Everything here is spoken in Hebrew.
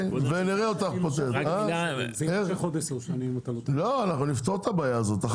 רגע, ניתן לכם אדריכל, יש את מינהל